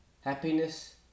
happiness